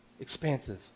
expansive